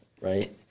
Right